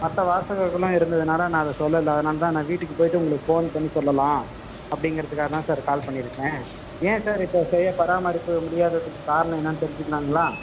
மற்ற வாசகர்கள்லாம் இருந்ததுனால் நான் அதை சொல்லலை அதனால்தான் நான் வீட்டுக்கு போய்விட்டு உங்களுக்கு ஃபோன் பண்ணி சொல்லலாம் அப்படிங்கிறதுக்காக தான் சார் கால் பண்ணியிருக்கேன் ஏன் சார் இப்போ சரியாக பராமரிக்க முடியாததுக்குக் காரணம் என்னன்னு தெரிஞ்சுக்கிலாங்களா